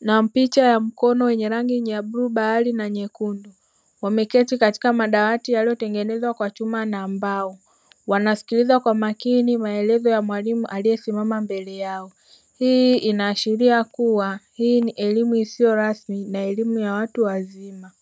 na picha ya mkono wenye rangi ya bluu bahari na nyekundu, wameketi katika madawati yaliyotengenezwa kwa chuma na mbao wanasikiliza kwa makini maelezo ya mwalimu aliyesimama mbele yao, hii inaashiria kuwa hii ni elimu isiyo rasmi na elimu ya watu wazima.